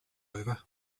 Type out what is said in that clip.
over